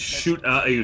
shoot